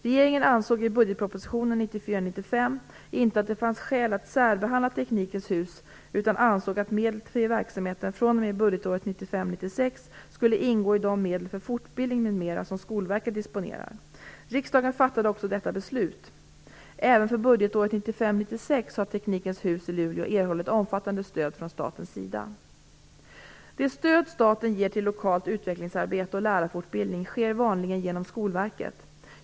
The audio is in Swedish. Regeringen ansåg i budgetpropositionen 1994 96 skulle ingå i de medel för fortbildning m.m. som Skolverket disponerar. Riksdagen fattade också detta beslut. Även för budgetåret 1995/96 har Teknikens hus i Luleå erhållit omfattande stöd från statens sida. Det stöd som staten ger till lokalt utvecklingsarbete och lärarfortbildning sker vanligen genom Skolverket.